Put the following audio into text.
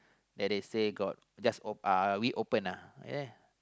that they say got just uh we open ah